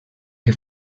que